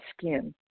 skin